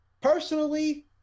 Personally